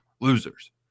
losers